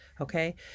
Okay